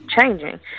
changing